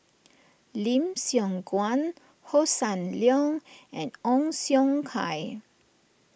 Lim Siong Guan Hossan Leong and Ong Siong Kai